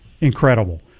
incredible